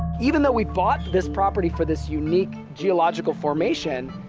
even though we bought this property for this unique geological formation,